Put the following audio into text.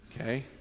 Okay